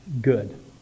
good